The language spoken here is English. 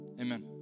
amen